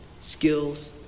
skills